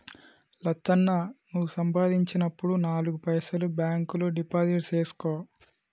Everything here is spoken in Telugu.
లచ్చన్న నువ్వు సంపాదించినప్పుడు నాలుగు పైసలు బాంక్ లో డిపాజిట్లు సేసుకో